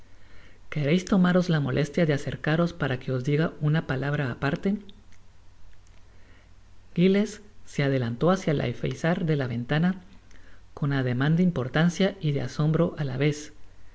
queréis tomaros la molestia de acercaros para que os diga una palabra aparte giles se adelantó hácia el alfeizar de la ventana con ademan de importancia y de asombro á la vez y